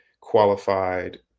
qualified